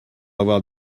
avoir